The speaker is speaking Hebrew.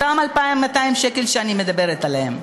אותם 2,200 שקל שאני מדברת עליהם.